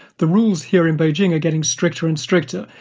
the rules here in beijing are getting stricter and stricter.